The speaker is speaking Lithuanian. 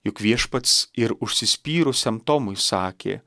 juk viešpats ir užsispyrusiam tomui sakė